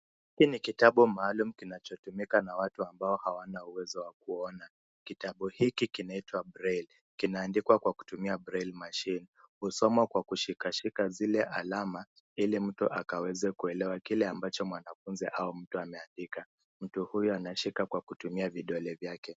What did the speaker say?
Hii ni kitabu maalum kinachotumika na watu ambao hawana uwezo wa kuona. Kitabu hiki kinaitwa braille , kinaandikwa kwa kutumia braille machine . Husomwa kwa kushikashika zile alama ili mtu akaweze kuelewa kile ambacho mwanafunzi au mtu ameandika. Mtu huyo anashika kwa kutumia vidole vyake.